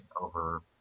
over